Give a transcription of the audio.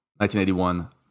1981